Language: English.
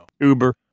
Uber